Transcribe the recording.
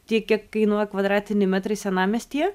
tiek kiek kainuoja kvadratiniai metrai senamiestyje